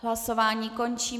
Hlasování končím.